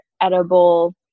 edible